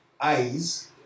eyes